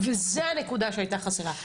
וזה הנקודה שהייתה חסרה,